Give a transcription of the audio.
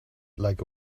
like